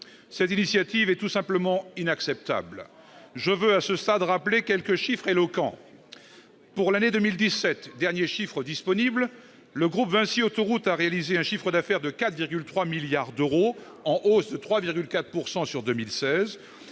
Cette initiative est tout simplement inacceptable. Je veux, à ce stade, rappeler quelques chiffres éloquents. Pour l'année 2017, dernières données disponibles, le groupe Vinci Autoroutes a réalisé un chiffre d'affaires de 4,3 milliards d'euros, en hausse de 3,4 % par